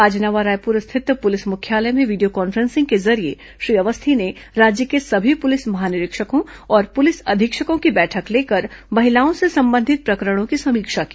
आज नवा रायपुर स्थित पुलिस मुख्यालय में वीडियो कॉन्फ्रेंसिंग के जरिए श्री अवस्थी ने राज्य के सभी पुलिस महानिरीक्षकों और पुलिस अधीक्षकों की बैठक लेकर महिलाओं से संबंधित प्रकरणों की समीक्षा की